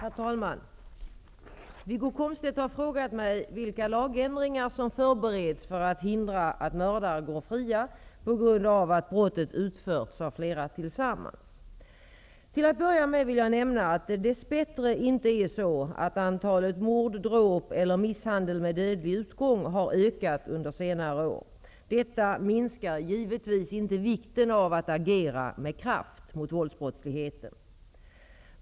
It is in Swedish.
Herr talman! Wiggo Komstedt har frågat mig vilka lagändringar som förbereds för att hindra att mördare går fria på grund av att brottet har utförts av flera tillsammans. Till att börja med vill jag nämna att det dess bättre inte är så att antalet mord, dråp eller misshandel med dödlig utgång har ökat under senare år. Detta minskar givetvis inte vikten av att agera med kraft mot våldsbrottsligheten.